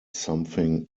something